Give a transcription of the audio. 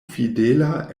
fidela